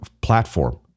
platform